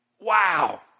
Wow